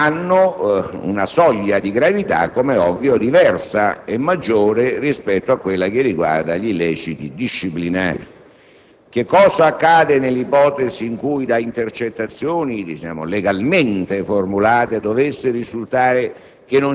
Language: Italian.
- una soglia di gravità diversa e maggiore rispetto a quella relativa agli illeciti disciplinari. Cosa accade nell'ipotesi in cui da intercettazioni legalmente formulate dovesse risultare